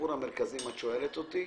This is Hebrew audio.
אם את שואלת אותי,